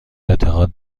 اعتقاد